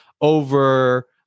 over